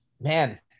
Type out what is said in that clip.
man